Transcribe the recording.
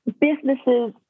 Businesses